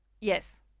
Yes